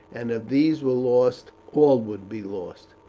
and if these were lost all would be lost.